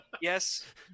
Yes